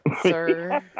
Sir